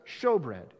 showbread